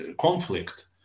conflict